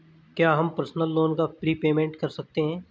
क्या हम personal loan का प्रीपेमेंट कर सकते हैं?